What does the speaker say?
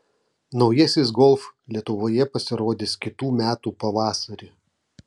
naujasis golf lietuvoje pasirodys kitų metų pavasarį